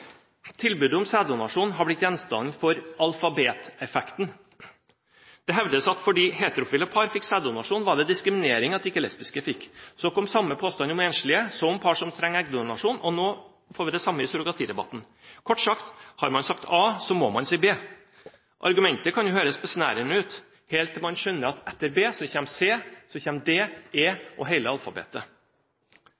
Tilbudet om sæddonasjon har blitt gjenstand for alfabeteffekten. Det hevdes at fordi heterofile par fikk sæddonasjon, var det diskriminering at ikke lesbiske fikk. Så kom samme påstand om enslige, så om par som trenger eggdonasjon, og nå får vi det samme i surrogatidebatten. Kort sagt: Har man sagt A, må man si B. Argumentet kan jo høres besnærende ut, helt til man skjønner at etter B, kommer C, D, E, og så